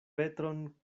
petron